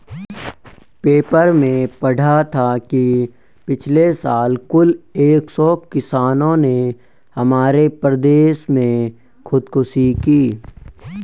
paper में पढ़ा था कि पिछले साल कुल एक सौ किसानों ने हमारे प्रदेश में खुदकुशी की